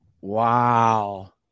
Wow